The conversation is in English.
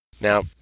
Now